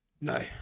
no